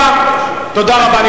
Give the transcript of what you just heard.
רבה לכם.